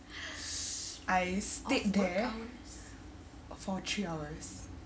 I stayed there for three hours